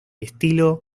estilo